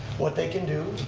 what they can do,